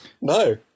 No